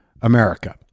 America